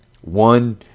One